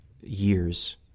years